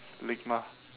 ligma